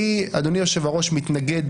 אני, אדוני יושב-הראש, מתנגד